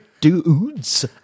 dudes